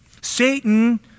Satan